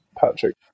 Patrick